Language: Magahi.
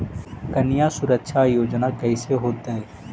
कन्या सुरक्षा योजना कैसे होतै?